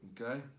Okay